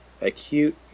acute